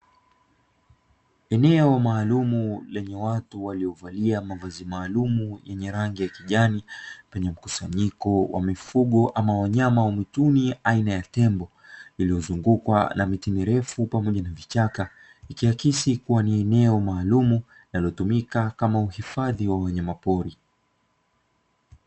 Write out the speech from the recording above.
Eneo maalumu, lenye watu waliovalia mavazi maalumu yenye rangi ya kijani, lenye mkusanyiko wa wanyama wa mwituni aina ya tembo, lililozungukwa na miti mirefu pamoja na vichaka. Ikiaksi kuwa ni eneo maalumu linalotumika kama uhifadhi wa wanyamapori.